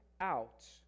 out